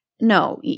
No